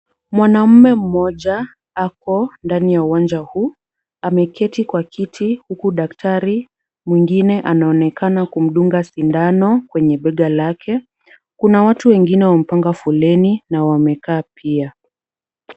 Mwanamume mmoja ako ndani ya uwanja huu. Ameketi kwa kiti huku daktari mwingine anaonekana kumdunga sindano kwenye bega lake. Kuna watu wengine wamepanga foleni na wamekaa pia.